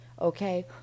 okay